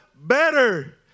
better